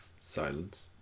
Silence